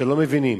שלא מבינים: